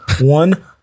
One